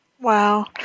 Wow